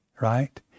right